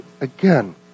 again